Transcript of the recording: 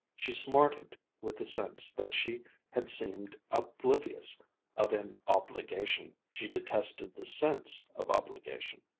she smarted with the sense that she had seemed oblivious of an obligation. she detested the sense of obligation.